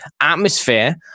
atmosphere